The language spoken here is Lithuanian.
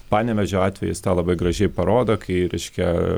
panevėžio atvejis tą labai gražiai parodo kai reiškia